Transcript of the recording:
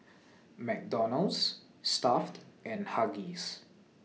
McDonald's Stuff'd and Huggies